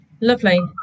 Lovely